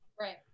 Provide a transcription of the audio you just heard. right